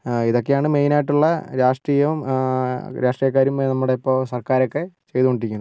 ആ ഇതൊക്കെയാണ് മെയിനായിട്ടുള്ള രാഷ്ട്രീയം രാഷ്ട്രീയക്കാരുമായി നമ്മുടെ ഇപ്പം സർക്കാരൊക്കെ ചെയ്തുകൊണ്ടിരിക്കുന്നത്